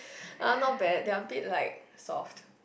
uh not bad they are a bit like soft